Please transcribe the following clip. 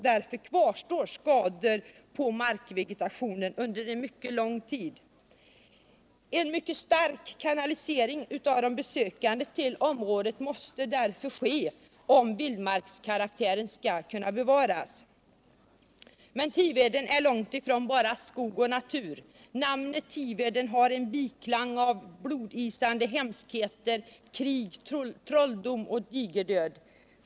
Därför kvarstår skador på markvegetationen under lång tid. En mycket stark kanalisering av besökande till området måste därför ske, om vildmarkskaraktären skall bevaras. Men Tiveden är långt ifrån bara skog och natur. Namnet Tiveden har en biklang av blodisande hemskheter, krig, trolldom och digerdöd.